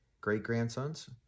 great-grandsons